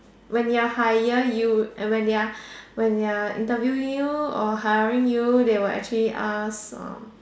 when they are hire you when they are when they are interviewing you or hiring you they will actually ask um